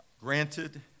granted